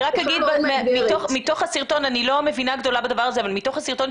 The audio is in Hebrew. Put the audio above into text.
אני לא מבינה גדולה בדבר הזה אבל מתוך הסרטון,